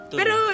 pero